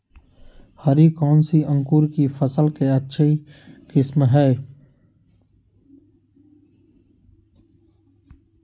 हरी कौन सी अंकुर की फसल के अच्छी किस्म है?